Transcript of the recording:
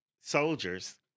soldiers